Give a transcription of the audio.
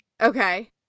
Okay